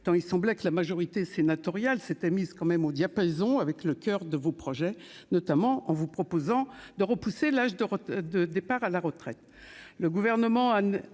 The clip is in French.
tant il semblait que la majorité sénatoriale s'était mise quand même au diapason avec le coeur, de vos projets, notamment en vous proposant de repousser l'âge de de départ à la retraite,